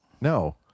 No